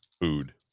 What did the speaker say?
food